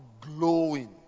glowing